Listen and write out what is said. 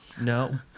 No